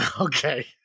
okay